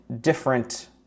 different